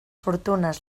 fortunes